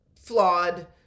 flawed